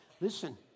Listen